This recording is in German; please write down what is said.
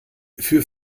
für